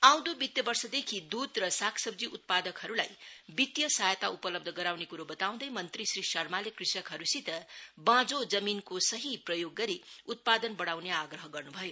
आउँदै वित्तीय वर्षदेखि दुध र सागसब्जी उत्पादकहरूलाई वित्तीय सहायता उपलब्ध गराउने क्रो बताउँदै मंत्री श्री शर्माले कृषकहरूसित बाँझो जमीनको सही प्रयोग गरी उत्पादन बढाउने आग्रह गर्न् भयो